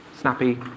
snappy